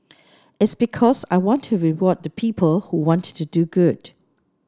it's because I want to reward the people who want to do good